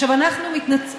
עכשיו, אנחנו התנצלנו,